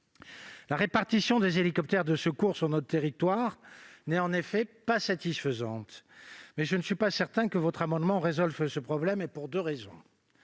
La répartition des hélicoptères de secours sur notre territoire n'est pas satisfaisante, mais je ne suis pas certain que l'adoption de cet amendement résolve ce problème, pour deux raisons.